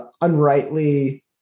unrightly